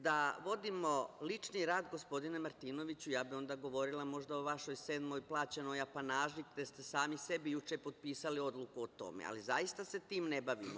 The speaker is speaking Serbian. Da vodimo lični rat, gospodine Martinoviću, ja bih možda govorila možda o vašoj sedmoj plaćenoj apanaži, gde ste sami sebi juče potpisali odluku o tome, ali zaista se time ne bavimo.